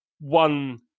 one